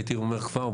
הייתי אומר כבר,